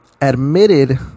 admitted